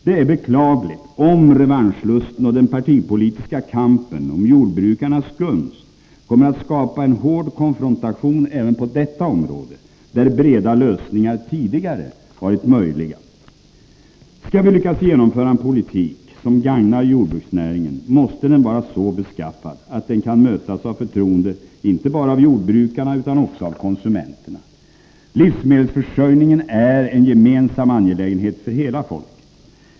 Det är beklagligt om revanschlusten och den partipolitiska kampen om jordbrukarnas gunst kommer att skapa en hård konfrontation även på detta område, där breda lösningar tidigare varit möjliga. Skall vi lyckas genomföra en politik som gagnar jordbruksnäringen, måste den vara så beskaffad att den kan mötas av förtroende inte bara av jordbrukarna utan också av konsumenterna. Livsmedelsförsörjningen är en gemensam angelägenhet för hela folket.